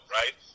right